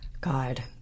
god